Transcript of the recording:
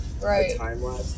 Right